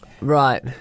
right